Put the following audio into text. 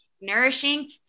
nourishing